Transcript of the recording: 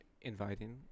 inviting